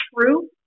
true